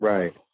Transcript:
Right